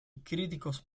críticos